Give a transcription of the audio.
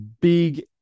big